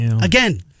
again